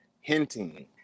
hinting